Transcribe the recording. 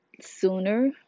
sooner